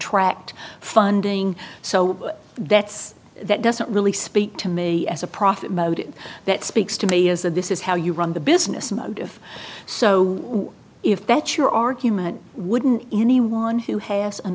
tract funding so that's that doesn't really speak to me as a profit motive that speaks to me is that this is how you run the business and if so if that's your argument wouldn't anyone who has an